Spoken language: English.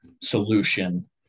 solution